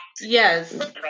yes